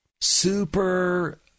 Super